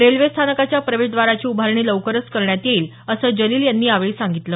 railway स्थानकाच्या प्रवेशद्वाराची उभारणी लवकरच करण्यात येईल असं जलील यावेळी म्हणाले